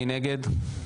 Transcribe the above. מי נמנע?